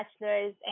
bachelor's